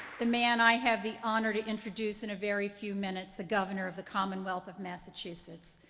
the man i have the honor to introduce in a very few minutes, the governor of the commonwealth of massachusetts.